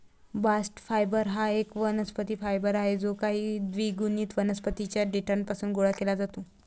bast fibre हा एक वनस्पती फायबर आहे जो काही द्विगुणित वनस्पतीं च्या देठापासून गोळा केला जातो